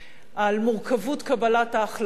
על מורכבות קבלת ההחלטות